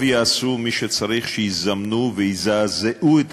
טוב שיעשו מי שצריכים, שיזמנו ויזעזעו את